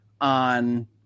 on